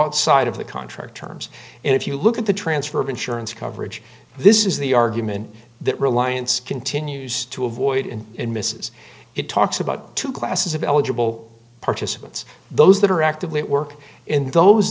outside of the contract terms if you look at the transfer of insurance coverage this is the argument that reliance continues to avoid and in misses it talks about two classes of eligible participants those that are actively work in those